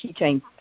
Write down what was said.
keychain